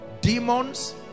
demons